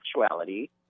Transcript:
sexuality